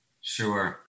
Sure